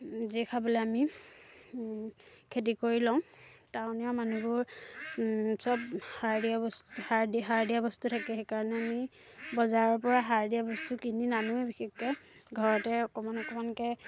যি খাবলৈ আমি খেতি কৰি লওঁ টাউনীয়া মানুহবোৰ সব সাৰ দিয়া বস্তু সাৰ দি সাৰ দিয়া বস্তু থাকে সেইকাৰণে আমি বজাৰৰ পৰা সাৰ দিয়া বস্তু কিনি নানোৱে বিশেষকৈ ঘৰতে অকণমান অকণমানকৈ